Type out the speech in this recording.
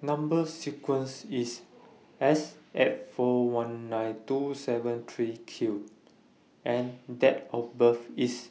Number sequence IS S eight four one nine two seven three Q and Date of birth IS